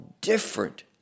different